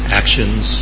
actions